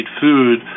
food